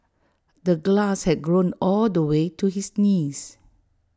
the grass had grown all the way to his knees